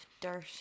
dirt